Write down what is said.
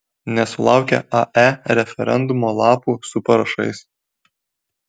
nesulaukia ae referendumo lapų su parašais